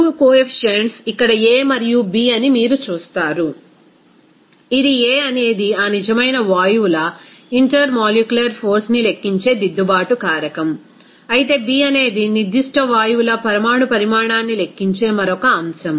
2 coefficients ఇక్కడ a మరియు b అని మీరు చూస్తారు ఇది a అనేది ఆ నిజమైన వాయువుల ఇంటర్మోలిక్యులర్ ఫోర్స్ని లెక్కించే దిద్దుబాటు కారకం అయితే b అనేది నిర్దిష్ట వాయువుల పరమాణు పరిమాణాన్ని లెక్కించే మరొక అంశం